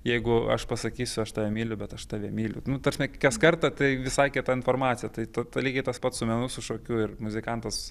jeigu aš pasakysiu aš tave myliu bet aš tave myliu nu ta prasme kas kartą tai visai kita informacija tai tu lygiai tas pats su menu su šokiu ir muzikantas